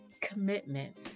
Commitment